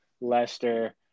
Leicester